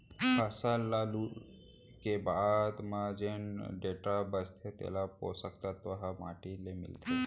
फसल ल लूए के बाद म जेन डेंटरा बांचथे तेकर पोसक तत्व ह माटी ले मिलथे